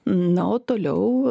na o toliau